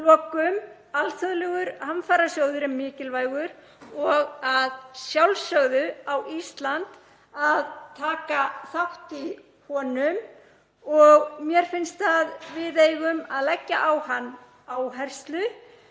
lokum: Alþjóðlegur hamfarasjóður er mikilvægur og að sjálfsögðu á Ísland að taka þátt í honum og mér finnst að við eigum að leggja á hann áherslu